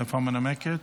איפה המנמקת?